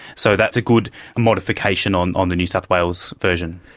so that's a good modification on on the new south wales version.